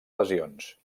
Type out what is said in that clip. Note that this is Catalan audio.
lesions